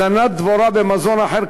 הזנת דבורה במזון אחר,